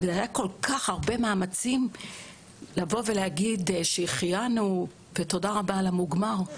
היו כל כך הרבה מאמצים לבוא ולהגיד שהחיינו ותודה רבה על המוגמר,